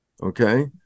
okay